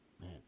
Man